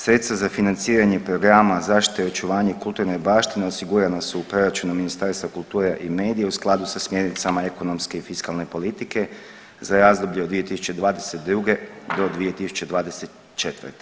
Sredstva za financiranje programa zaštite i očuvanje kulturne baštine osigurana su u proračunu Ministarstva kulture i medija u skladu sa smjernicama ekonomske i fiskalne politike za razdoblje do 2022. do 2024.